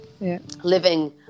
living